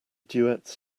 duets